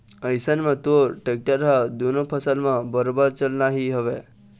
अइसन म तोर टेक्टर ह दुनों फसल म बरोबर चलना ही हवय